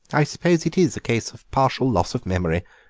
i suppose it is a case of partial loss of memory.